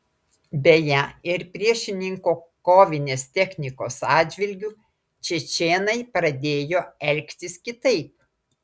beje ir priešininko kovinės technikos atžvilgiu čečėnai pradėjo elgtis kitaip